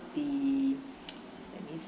the let me